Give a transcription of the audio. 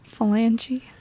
Phalange